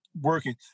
working